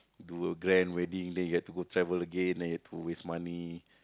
do a grand wedding then you have to go travel again then you to waste money